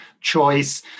choice